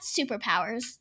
superpowers